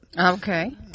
Okay